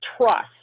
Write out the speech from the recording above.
trust